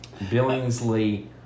Billingsley